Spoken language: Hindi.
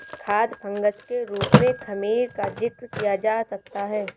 खाद्य फंगस के रूप में खमीर का जिक्र किया जा सकता है